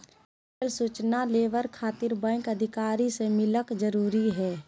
Rail सूचना labour खातिर bank अधिकारी से मिलक जरूरी है?